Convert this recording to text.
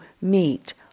meet